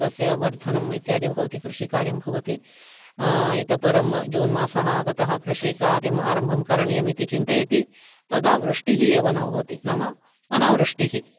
तस्य वर्धनम् इत्यादि भवति कृषिकार्यं भवति इतः परं जून् मासः आगतः कृषि कार्यम् आरम्भं करणीयमिति चिन्तयति तदा वृष्टिः एव न भवति नाम अनावृष्टिः